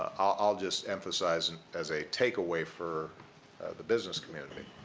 i'll just emphasize and as a takeaway for the business community